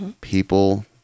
people